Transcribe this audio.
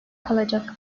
kalacak